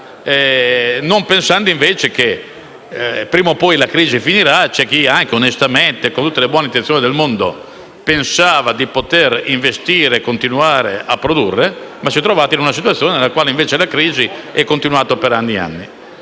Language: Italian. conto del fatto che prima poi la crisi finirà e che c'è chi, anche onestamente e con tutte le buone intenzioni del mondo, pensava di poter investire e continuare a produrre, ma si è trovato in una situazione nella quale la crisi è continuata per anni. Vi